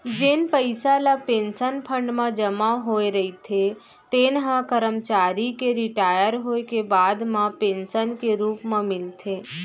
जेन पइसा ल पेंसन फंड म जमा होए रहिथे तेन ह करमचारी के रिटायर होए के बाद म पेंसन के रूप म मिलथे